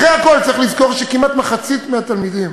אחרי הכול צריך לזכור שכמעט מחצית מהתלמידים,